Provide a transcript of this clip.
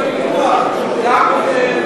בלי פיקוח שהוא גם כן,